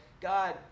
God